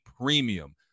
premium